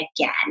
again